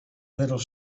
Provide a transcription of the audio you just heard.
little